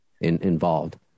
involved